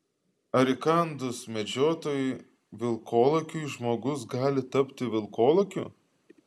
ar įkandus medžiotojui vilkolakiui žmogus gali tapti vilkolakiu